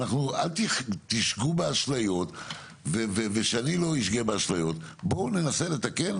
כדי שאתם ואני לא נשגה באשליות בואו ננסה ולתקן.